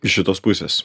iš šitos pusės